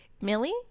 Millie